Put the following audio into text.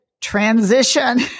transition